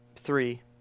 three